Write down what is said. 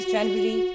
January